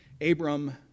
Abram